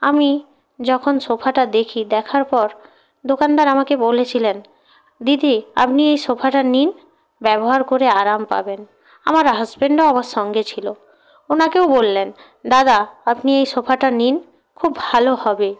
আমি যখন সোফাটা দেখি দেখার পর দোকানদার আমাকে বলেছিলেন দিদি আপনি এই সোফাটা নিন ব্যবহার করে আরাম পাবেন আমার হাজবেন্ডও আমার সঙ্গে ছিল ওনাকেও বললেন দাদা আপনি এই সোফাটা নিন খুব ভালো হবে